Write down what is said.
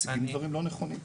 מציגים דברים לא נכונים פשוט.